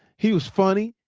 he was funny.